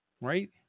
Right